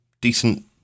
decent